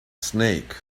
snake